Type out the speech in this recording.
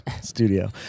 studio